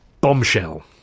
Bombshell